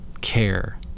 care